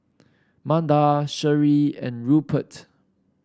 Manda Sheree and Rupert